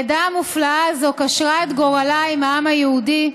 העדה המופלאה הזאת קשרה את גורלה עם העם היהודי,